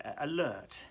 alert